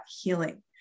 healing